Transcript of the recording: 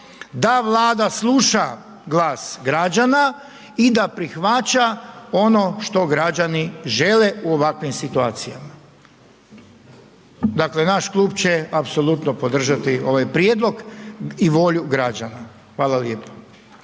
da Vlada sluša glas građana i da prihvaća ono što građani žele u ovakvim situacijama. Dakle naš klub će apsolutno podržati ovaj prijedlog i volju građana, hvala lijepa.